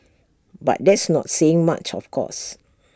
but that's not saying much of course